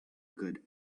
good